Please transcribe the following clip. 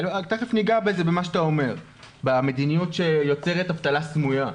יש מדיניות שיוצרת אבטלה סמויה.